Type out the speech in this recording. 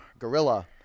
Gorilla